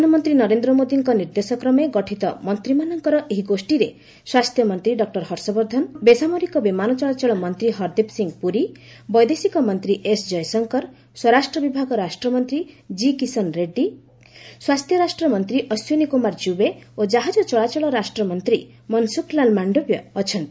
ପ୍ରଧାନମନ୍ତ୍ରୀ ନରେନ୍ଦ୍ର ମୋଦିଙ୍କ ନିର୍ଦ୍ଦେଶକ୍ରମେ ଗଠିତ ମନ୍ତ୍ରୀମାନଙ୍କର ଏହି ଗୋଷୀରେ ସ୍ୱାସ୍ଥ୍ୟମନ୍ତ୍ରୀ ଡକ୍ଟର ହର୍ଷବର୍ଦ୍ଧନ ବେସାମରିକ ବିମାନ ଚଳାଚଳ ମନ୍ତ୍ରୀ ହର୍ଦୀପ ସିଂ ପୁରୀ ବୈଦେଶିକ ମନ୍ତ୍ରୀ ଏସ୍ କୟଶଙ୍କର ସ୍ୱରାଷ୍ଟ୍ର ବିଭାଗ ରାଷ୍ଟ୍ରମନ୍ତ୍ରୀ ଜି କିଶନ ରେଡ୍ଡୀ ସ୍ୱାସ୍ଥ୍ୟ ରାଷ୍ଟ୍ରମନ୍ତ୍ରୀ ଅଶ୍ୱିନୀ କୁମାର ଚୁବେ ଓ ଜାହାଜ ଚଳାଚଳ ରାଷ୍ଟ୍ରମନ୍ତ୍ରୀ ମନସୁଖ ଲାଲ ମାଣ୍ଡୋବିୟ ଅଛନ୍ତି